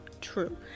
true